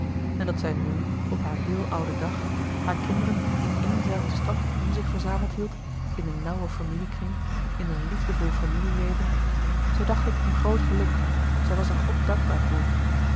en dat zij nu op haar heel ouden dag hare kinderen in eén zelfde stad om zich verzameld hield in een nauwen familie kring in een liefdevol familie leven zij dacht het een groot geluk zij was er god dankbaar voor